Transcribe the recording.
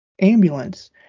ambulance